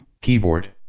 Keyboard